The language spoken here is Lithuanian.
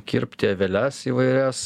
kirpti aveles įvairias